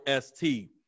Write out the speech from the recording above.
ST